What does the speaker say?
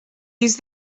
use